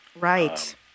Right